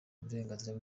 uburenganzira